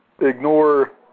ignore